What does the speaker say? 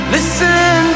Listen